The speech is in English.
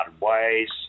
ways